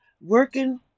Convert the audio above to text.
working